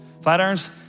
Flatirons